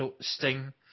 Sting